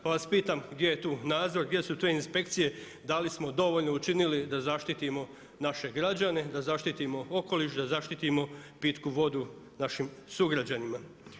Pa vas pitam gdje je tu nadzor, gdje su tu inspekcije, da li smo dovoljno učinili da zaštitimo naše građane, da zaštitimo okoliš, da zaštitimo pitku vodu našim sugrađanima.